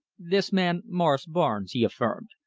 this man morris barnes, he affirmed,